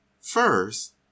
First